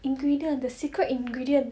ingredient the secret ingredient